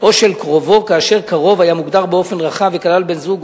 או של קרובו כאשר קרוב היה מוגדר באופן רחב וכלל בן-זוג,